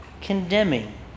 condemning